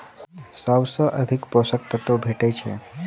सबसँ अधिक पोसक तत्व भेटय छै?